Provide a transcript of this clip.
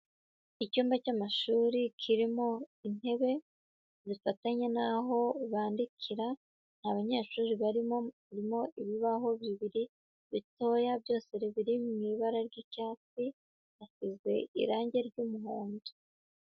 Icyumba cy'amashuri kirimo intebe zifatanye n'aho bandikira, nta banyeshuri barimo, harimo ibibaho bibiri bitoya byose biri mu ibara ry'icyatsi, hasize irange ry'umuhondo.